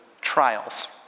trials